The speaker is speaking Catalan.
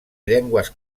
llengües